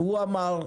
הוא אמר.